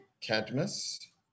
Cadmus